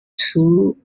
two